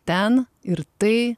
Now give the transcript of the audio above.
ten ir tai